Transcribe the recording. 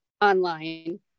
online